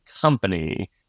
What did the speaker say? company